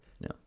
No